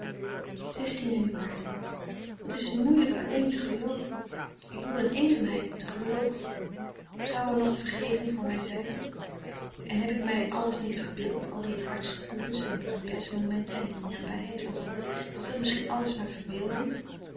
jan wat is het moeielijk alleen te gelooven ik bedoel in eenzaamheid te gelooven zou er nog vergeving voor mij zijn en heb ik mij alles niet verbeeld al die harts gevoelens en gebeds momenten en die nabijheid van god is dat misschien alles maar verbeelding